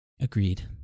Agreed